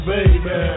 Baby